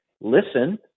listen